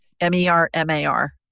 M-E-R-M-A-R